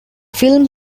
film